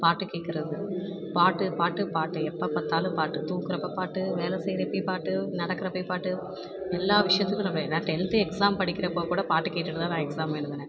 பாட்டு கேட்குறது பாட்டு பாட்டு பாட்டு எப்போ பார்த்தாலும் பாட்டு தூங்கிகுறப்ப பாட்டு வேலை செய்கிறப்பையும் பாட்டு நடக்கிறப்பையும் பாட்டு எல்லா விஷயத்துக்கும் நம்ம நான் டென்த்து எக்ஸாம் படிக்கிறப்ப கூட பாட்டை கேட்டுட்டு தான் நான் எக்ஸாம் எழுதுனேன்